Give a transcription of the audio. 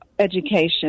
education